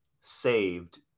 saved